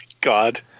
god